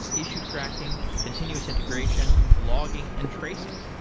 issue tracking, continuous integration, logging and tracing.